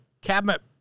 cabinet